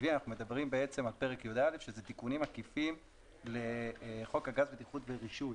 אנחנו מדברים על פרק י"א שהוא תיקונים עקיפים לחוק הגז (בטיחות ורישוי).